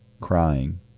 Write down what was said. crying